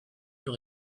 plus